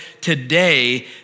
today